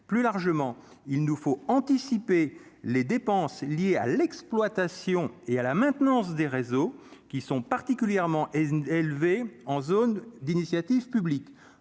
plus largement, il nous faut anticiper les dépenses liées à l'exploitation et à la maintenance des réseaux qui sont particulièrement élevés en zone d'initiative publique,